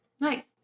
nice